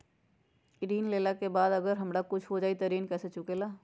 ऋण लेला के बाद अगर हमरा कुछ हो जाइ त ऋण कैसे चुकेला?